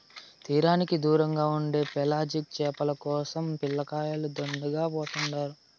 తీరానికి దూరంగా ఉండే పెలాజిక్ చేపల కోసరం పిల్లకాయలు దండిగా పోతుండారు